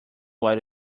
what